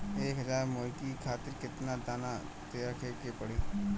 एक हज़ार मुर्गी खातिर केतना दाना रखे के पड़ी?